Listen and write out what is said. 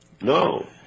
No